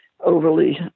overly